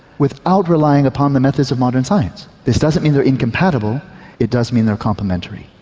without relying upon the methods of modern science. this doesn't mean they're incompatible it does mean they're complementary.